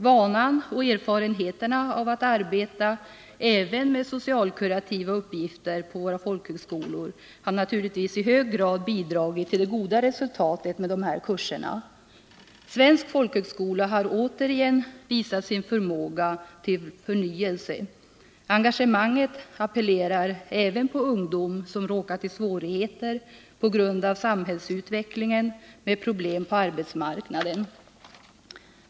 Våra folkhögskolors vana och erfarenheter att arbeta även med socialkurativa uppgifter har naturligtvis i hög grad bidragit till det goda resultatet med dessa kurser. Svensk folkhögskola har återigen visat sin förmåga till förnyelse. Engagemanget appellerar även till ungdom som råkat i svårigheter på grund av samhällsutvecklingen med problem på arbetsmarknaden.